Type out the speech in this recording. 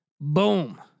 Boom